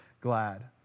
glad